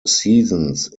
seasons